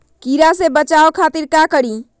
कीरा से बचाओ खातिर का करी?